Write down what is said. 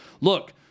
Look